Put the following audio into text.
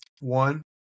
One